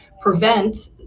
prevent